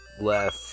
left